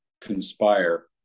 conspire